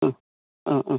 ആ ആ